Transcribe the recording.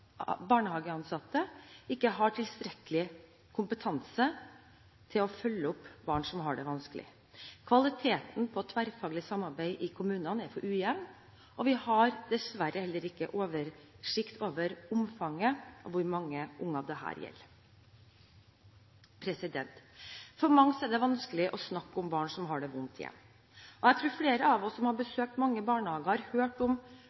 barnehageansatte ikke har tilstrekkelig kompetanse til å følge opp barn som har det vanskelig. Kvaliteten på tverrfaglig samarbeid i kommunene er for ujevn, og vi har dessverre heller ikke oversikt over omfanget, dvs. hvor mange unger dette gjelder. For mange er det vanskelig å snakke om barn som har det vondt hjemme. Jeg tror flere av oss som har besøkt mange barnehager, har hørt